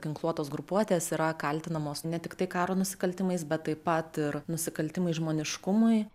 ginkluotos grupuotės yra kaltinamos ne tiktai karo nusikaltimais bet taip pat ir nusikaltimais žmoniškumui